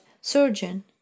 surgeon